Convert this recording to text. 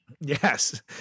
Yes